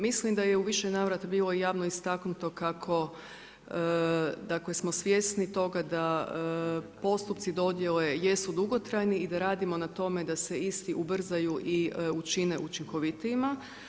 Mislim da je u više navrata bilo javno istaknuto kako smo svjesni toga sa postupci dodjele jesu dugotrajni i da radimo na tome da se isti ubrzaju i učine učinkovitijima.